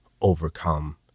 overcome